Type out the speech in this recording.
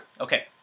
Okay